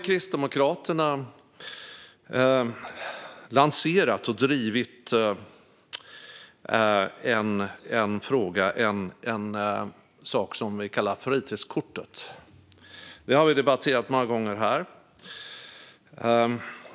Kristdemokraterna har lanserat och drivit frågan om ett fritidskort, och det har vi debatterat många gånger här.